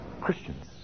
Christians